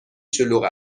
شلوغ